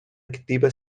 activa